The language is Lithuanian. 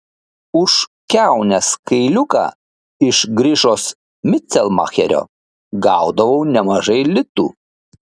už kiaunės kailiuką iš grišos micelmacherio gaudavau nemažai litų